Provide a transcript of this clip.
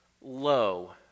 low